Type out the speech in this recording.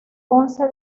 once